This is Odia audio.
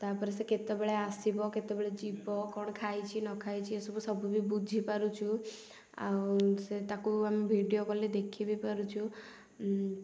ତା'ପରେ ସେ କେତେବେଳେ ଆସିବ କେତେବେଳେ ଯିବ କ'ଣ ଖାଇଛି ନ ଖାଇଛି ଏ ସବୁ ବି ବୁଝି ପାରୁଛୁ ଆଉ ସେ ତାକୁ ଆମେ ଭିଡ଼ିଓ କଲରେ ଦେଖି ବି ପାରୁଛୁ